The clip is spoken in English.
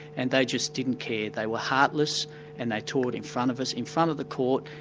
and they just didn't care, they were heartless and they tore it in front of us, in front of the court,